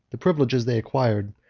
the privileges they acquired,